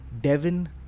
Devon